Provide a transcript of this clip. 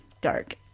Dark